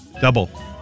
Double